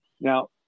Now